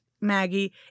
Maggie